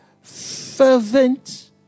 fervent